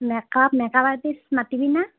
make up make up artist মাতিবিনে